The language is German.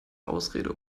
ausrede